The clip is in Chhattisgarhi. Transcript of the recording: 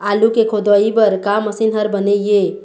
आलू के खोदाई बर का मशीन हर बने ये?